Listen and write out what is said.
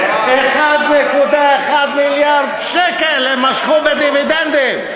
1.1 מיליארד שקל הם משכו בדיבידנדים.